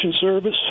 service